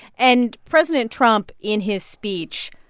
and president trump, in his speech,